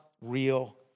real